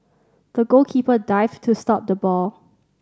the goalkeeper dived to stop the ball